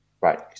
Right